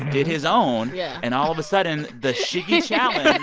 did his own. yeah and all of a sudden, the shiggy challenge